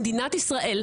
למדינת ישראל,